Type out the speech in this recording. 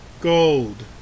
Gold